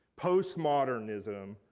postmodernism